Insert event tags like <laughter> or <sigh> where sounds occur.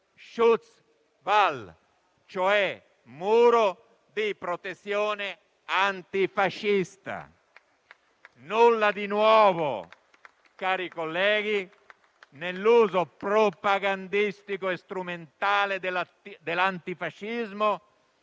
Schutzwall*, cioè muro di protezione antifascista. <applause> Nulla di nuovo, cari colleghi, nell'uso propagandistico e strumentale dell'antifascismo